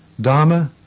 dharma